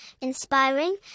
inspiring